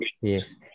Yes